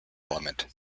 element